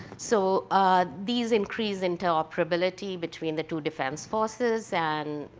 so these increase interoperability between the two defense forces and,